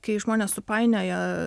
kai žmonės supainioja